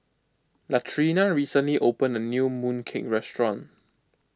Latrina recently opened a new Mooncake restaurant